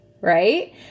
Right